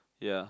ya